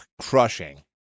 crushing